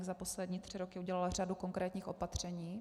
Za poslední tři roky udělala řadu konkrétních opatření.